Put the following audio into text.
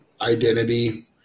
identity